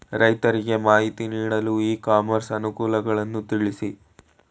ರೈತರಿಗೆ ಮಾಹಿತಿ ನೀಡಲು ಇ ಕಾಮರ್ಸ್ ಅನುಕೂಲಗಳನ್ನು ತಿಳಿಸಿ?